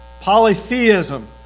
polytheism